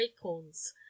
acorns